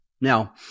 Now